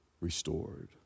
restored